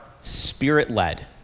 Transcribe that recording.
spirit-led